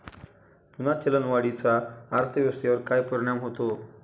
पुन्हा चलनवाढीचा अर्थव्यवस्थेवर काय परिणाम होतो